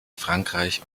frankreich